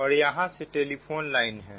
और यहां से टेलीफोन लाइन है